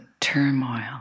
turmoil